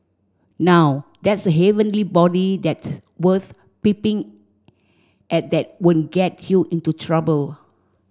now that's a heavenly body that's worth peeping at that won't get you into trouble